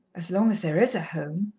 as long as there is a home.